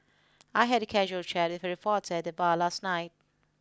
I had a casual chat with a reporter at the bar last night